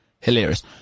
hilarious